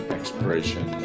exploration